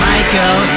Michael